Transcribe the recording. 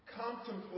contemplate